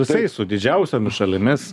visais su didžiausiomis šalimis